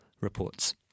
reports